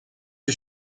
die